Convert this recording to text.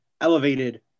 elevated